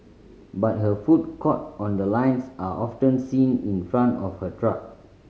but her food caught on the lines are often seen in front of her truck